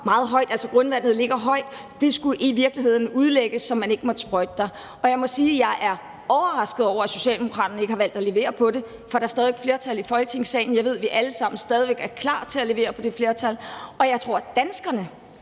og hvor grundvandet ligger højt, og at det i virkeligheden skulle udlægges, så man ikke måtte sprøjte der. Og jeg må sige, at jeg er overrasket over, at Socialdemokraterne ikke har valgt at levere på det. For der er stadig væk et flertal i Folketingssalen, og jeg ved, at vi alle sammen stadig væk er klar til at levere på det flertal. Jeg tror, at danskerne